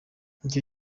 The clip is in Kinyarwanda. icyo